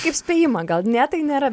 kaip spėjimą gal ne tai nėra